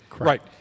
Right